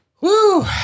Woo